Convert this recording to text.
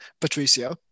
Patricio